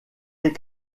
les